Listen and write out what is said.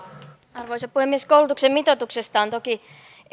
arvoisa puhemies koulutuksen mitoituksesta toki